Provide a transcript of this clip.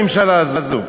הממשלה הזאת.